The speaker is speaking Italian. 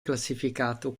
classificato